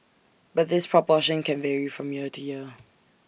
but this proportion can vary from year to year